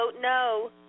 no